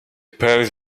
paris